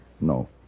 No